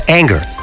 anger